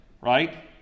right